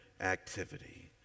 activity